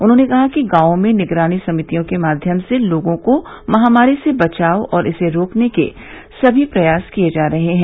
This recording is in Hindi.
उन्होंने कहा कि गांवों में निगरानी समितियों के माध्यम से लोगों को महामारी से बचाव और इसे रोकने के सभी प्रयास किये जा रहे हैं